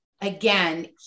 again